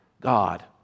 God